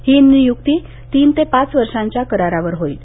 ही नियुक्ती तीन ते पाच वर्षांच्या करारावर होईल